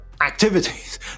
activities